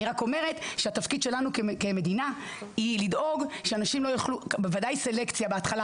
אני רק אומרת שהתפקיד שלנו כמדינה הוא לדאוג שתהיה סלקציה בהתחלה,